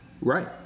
Right